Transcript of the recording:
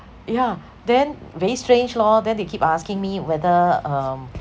yeah then very strange lor then they keep asking me whether um